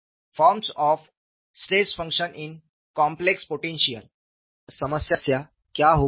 forms of stress function in complex potential अब समस्या क्या हो गई है